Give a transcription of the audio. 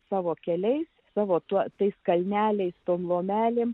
savo keliais savo tuo tais kalneliais tom lomelėm